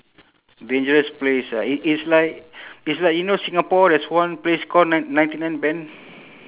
dangerous place uh it~ it's like it's like you know singapore there's one place call nine~ ninety nine bend